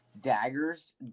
Daggers